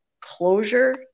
closure